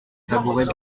tabouret